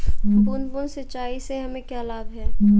बूंद बूंद सिंचाई से हमें क्या लाभ है?